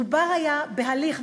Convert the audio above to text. מדובר היה בהליך,